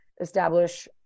establish